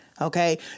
Okay